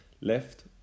Left